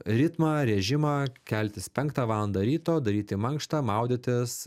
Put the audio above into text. ritmą režimą keltis penktą valandą ryto daryti mankštą maudytis